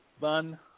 Van